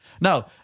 Now